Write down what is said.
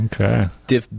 Okay